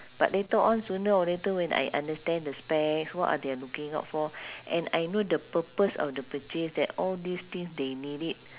but later on sooner or later when I understand the specs what are they are looking out for and I know the purpose of the purchase that all these things they need it